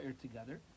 together